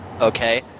okay